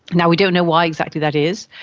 and we don't know why exactly that is.